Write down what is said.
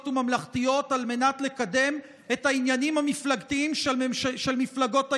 וממלכתיות על מנת לקדם את העניינים המפלגתיים של מפלגות הימין.